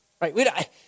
Right